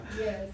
Yes